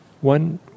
one